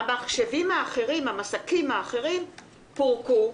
המסכים האחרים פורקו,